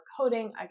coding